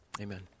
amen